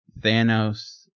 Thanos